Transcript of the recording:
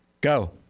Go